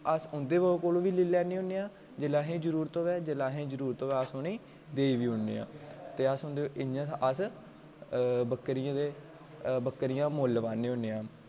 अस उं'दे कोलू बी लेई लैने होने आं जेल्लै असें ई जरूरत होऐ जेल्लै असें ई जरूरत होऐ अस उ'नें गी देई बी औने आं ते अस उं'दे इ'यां अस बक्करिये दे बकरियां मु'ल्ल पाने होने आं